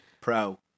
Pro